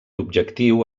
objectiu